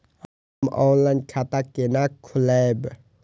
हम ऑनलाइन खाता केना खोलैब?